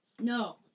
No